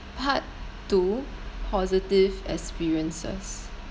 part two positive experiences